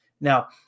now